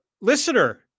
listener